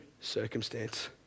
circumstance